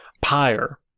Pyre